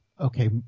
Okay